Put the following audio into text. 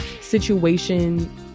situation